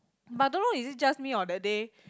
but don't know is it just me or that day